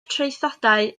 traethodau